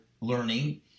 learning